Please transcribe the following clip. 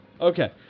Okay